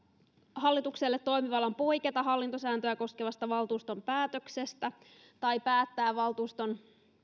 hallitukselle toimivallan poiketa hallintosääntöä koskevasta valtuuston päätöksestä tai päättää valtuuston